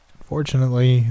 Unfortunately